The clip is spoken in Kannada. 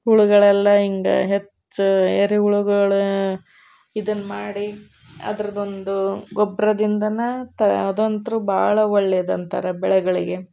ಹುಳುಗಳೆಲ್ಲ ಹಿಂಗ ಹೆಚ್ಚು ಎರೆಹುಳುಗಳು ಇದನ್ನ ಮಾಡಿ ಅದ್ರದ್ದೊಂದು ಗೊಬ್ರದಿಂದನೇ ತಾ ಅದಂತು ಭಾಳ ಒಳ್ಳೇದಂತಾರ ಬೆಳೆಗಳಿಗೆ